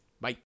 Bye